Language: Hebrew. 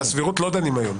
על הסבירות אנחנו לא דנים היום.